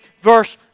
verse